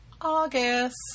august